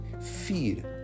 feed